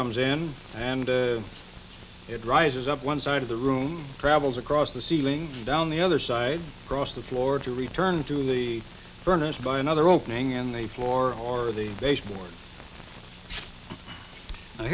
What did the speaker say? comes in and it's it rises up one side of the room travels across the ceiling and down the other side cross the floor to return to the furnace by another opening in the floor or the